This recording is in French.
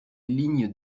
lignes